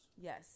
Yes